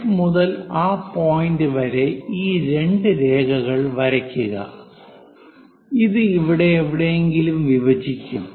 F മുതൽ ആ point വരെ ഈ രണ്ട് രേഖകൾ വരയ്ക്കുക അത് ഇവിടെ എവിടെയെങ്കിലും വിഭജിക്കും